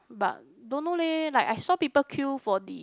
but don't know leh like I saw people queue for the